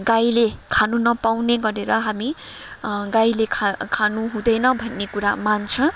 गाईले खानु नपाउने गरेर हामी गाईले खा खानु हुँदैन भन्ने कुरा मान्छ